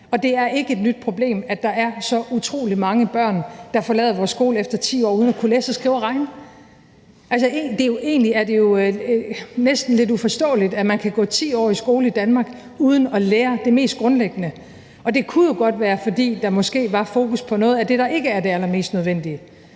Og det er ikke et nyt problem, at der er så utrolig mange børn, der forlader vores skole efter 10 år uden at kunne læse, skrive eller regne. Det er næsten lidt uforståeligt, at man kan gå 10 år i skole i Danmark uden at lære det mest grundlæggende, og det kunne jo godt være, fordi der måske var fokus på noget af det, der ikke er det allermest nødvendige.